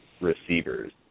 receivers